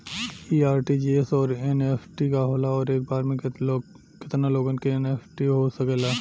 इ आर.टी.जी.एस और एन.ई.एफ.टी का होला और एक बार में केतना लोगन के एन.ई.एफ.टी हो सकेला?